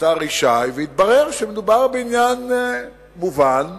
השר ישי, והתברר שמדובר בעניין מובן ונכון,